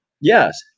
Yes